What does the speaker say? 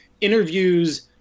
interviews